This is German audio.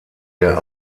der